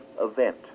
event